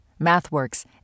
MathWorks